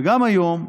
וגם היום,